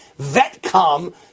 VetCom